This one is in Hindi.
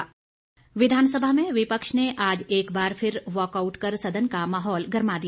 वाकआउट संकल्प विधानसभा में विपक्ष ने आज एक बार फिर वाकआउट कर सदन का माहौल गरमा दिया